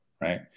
right